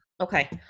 Okay